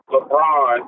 LeBron